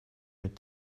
mit